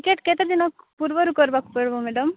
ticket କେତେ ଦିନ ପୂର୍ବରୁ କରିବାକୁ ପଡ଼ିବ ମ୍ୟାଡ଼ାମ୍